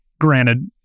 granted